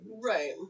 Right